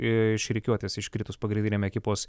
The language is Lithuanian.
iš rikiuotės iškritus pagrindiniam ekipos